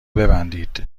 ببندید